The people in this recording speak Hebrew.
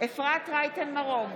אפרת רייטן מרום,